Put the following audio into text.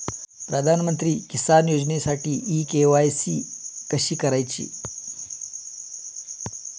प्रधानमंत्री किसान योजनेसाठी इ के.वाय.सी कशी करायची?